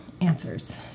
answers